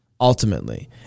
ultimately